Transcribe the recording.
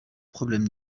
problème